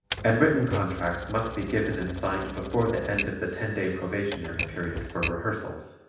and written contracts must be given and signed before the end of the ten-day probationary period for rehearsals.